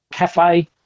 cafe